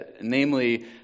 Namely